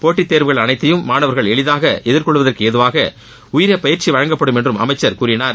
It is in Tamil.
போட்டித் தேர்வுகள் அனைத்தையும் மாணவர்கள் எளிதாக எதிர்கொள்வதற்கு ஏதுவாக உரிய பயிற்சி வழங்கப்படும் என்றும் அமைச்சர் கூறினார்